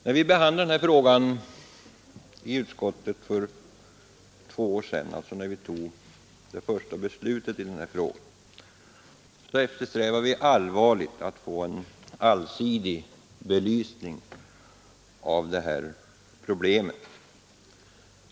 När vi behandlade denna fråga i utskottet för två år sedan och riksdagen fattade beslut för första gången, eftersträvade vi allvarligt en allsidig belysning av problemen.